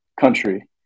country